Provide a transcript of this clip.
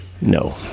No